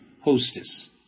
hostess